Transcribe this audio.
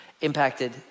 impacted